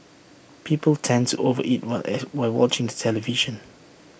people tend to over eat while while watching the television